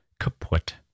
kaput